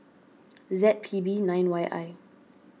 Z P B nine Y I